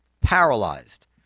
paralyzed